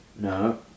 No